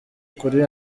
kuri